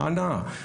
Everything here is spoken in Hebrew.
חנה,